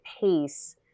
pace